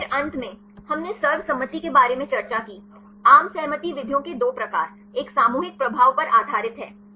फिर अंत में हमने सर्वसम्मति के बारे में चर्चा की आम सहमति विधियों के दो प्रकार एक सामूहिक प्रभाव पर आधारित है